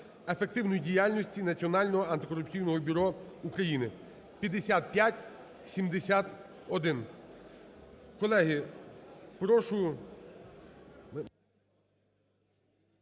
ефективності діяльності Національного антикорупційного бюро України (5571).